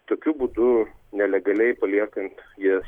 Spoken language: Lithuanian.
tokiu būdu nelegaliai paliekant jas